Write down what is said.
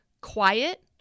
quiet